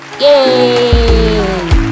Yay